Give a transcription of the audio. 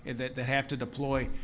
that that have to deploy.